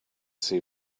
see